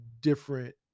different